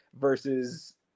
versus